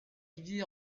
divisé